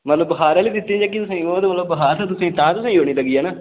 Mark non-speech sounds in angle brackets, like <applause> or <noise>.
मतलब बुखार आह्ली दित्ती जां <unintelligible>